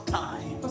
time